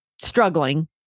struggling